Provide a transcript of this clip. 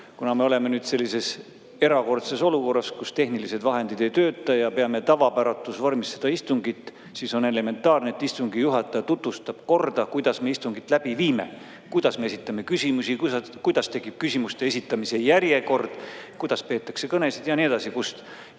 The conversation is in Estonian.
Kuna me oleme nüüd sellises erakordses olukorras, kus tehnilised vahendid ei tööta ja peame tavapäratus vormis seda istungit, siis on elementaarne, et istungi juhataja tutvustab korda, kuidas me istungit läbi viime: kuidas me esitame küsimusi, kuidas tekib küsimuste esitamise järjekord, kuidas peetakse kõnesid ja nii edasi. Ja